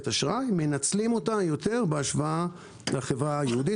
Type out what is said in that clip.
אשראי מנצלים אותה יותר בהשוואה לחברה היהודית.